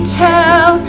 tell